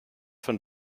von